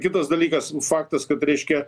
kitas dalykas faktas kad reiškia